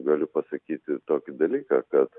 galiu pasakyti tokį dalyką kad